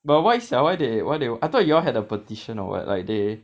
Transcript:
but why sia why they why they I thought you all had a petition or what like they